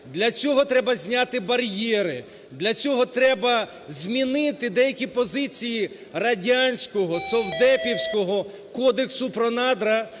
Для цього треба зняти бар'єри, для цього треба змінити деякі позиції радянського, совдепівського Кодексу про надра,